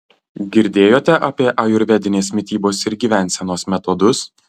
girdėjote apie ajurvedinės mitybos ir gyvensenos metodus